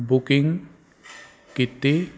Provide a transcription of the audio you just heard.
booking ਕੀਤੀ